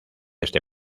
este